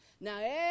Now